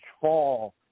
fall